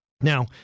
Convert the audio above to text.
Now